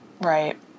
Right